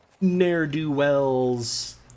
ne'er-do-wells